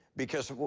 because,